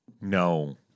No